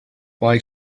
mae